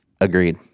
Agreed